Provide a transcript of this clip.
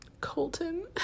colton